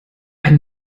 eine